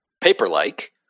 Paper-like